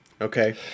okay